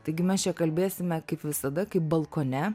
taigi mes čia kalbėsime kaip visada kaip balkone